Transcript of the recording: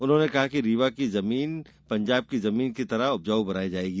उन्होंने कहा कि रीवा की जमीन पंजाब की जमीन की तरह उपजाऊ बनायी जायेगी